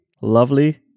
lovely